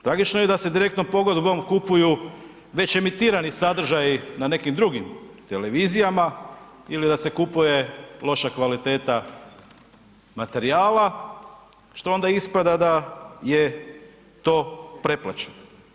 Tragično je da se direktnom pogodbom kupuju već emitirani sadržaji na nekim drugim televizijama ili da se kupuje loša kvaliteta materijala što onda ispada da je to preplaćeno.